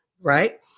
Right